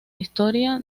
historia